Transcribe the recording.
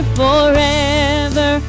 forever